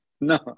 No